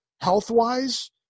health-wise –